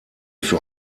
für